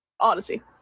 Odyssey